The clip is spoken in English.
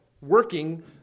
working